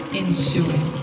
ensuing